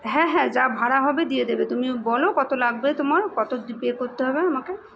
হ্যাঁ হ্যাঁ যা ভাড়া হবে দিয়ে দেবে তুমিও বল কত লাগবে তোমার কত পে করতে হবে আমাকে